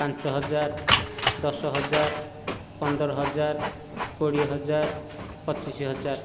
ପାଞ୍ଚ ହଜାର ଦଶ ହଜାର ପନ୍ଦର ହଜାର କୋଡ଼ିଏ ହଜାର ପଚିଶ ହଜାର